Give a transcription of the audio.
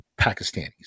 pakistanis